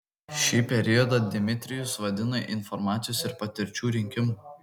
šį periodą dmitrijus vadina informacijos ir patirčių rinkimu